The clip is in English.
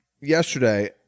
yesterday